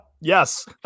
Yes